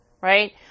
right